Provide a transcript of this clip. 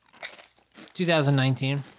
2019